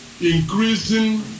increasing